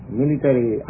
military